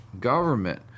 government